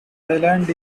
island